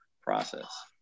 process